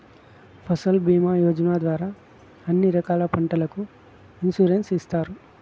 ఫసల్ భీమా యోజన ద్వారా అన్ని రకాల పంటలకు ఇన్సురెన్సు ఇత్తారు